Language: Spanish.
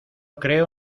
creo